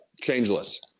changeless